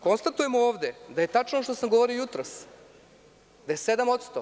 Konstatujemo ovde da je tačno ono što sam govorio jutros, da je 7%